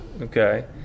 Okay